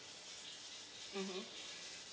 mmhmm